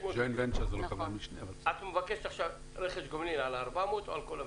את מבקשת עכשיו רכש גומלין על 400 או על כל המיליארד?